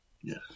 Yes